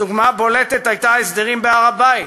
הדוגמה הבולטת הייתה ההסדרים בהר-הבית.